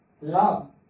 love